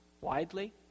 widely